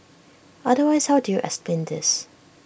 otherwise how do you explain this